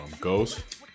Ghost